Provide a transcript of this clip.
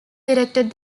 directed